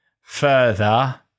further